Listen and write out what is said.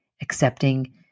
accepting